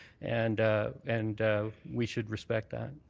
and and we should respect that.